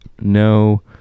no